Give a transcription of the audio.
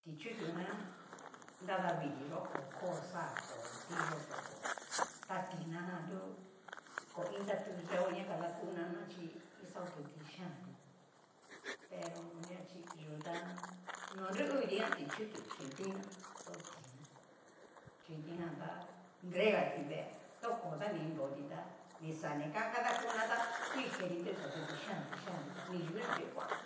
ti' chutujan nadaviti yó ko koo xa koo ti'yoto ko ta tinajan tu koiin tatu yeo na kadakunana chí ixa otuti xhianti pero anria achi yu tá no nru uu ti jan ti'chutu xin tina, o tina chí kitijan ta nregati vee toko ta ni ngiroti tá ni xa ni kan kadakuna tá u ni keti ni xa otuti xhianti xhianti, ta ni yuna ta ngu kuan ná.